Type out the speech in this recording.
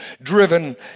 driven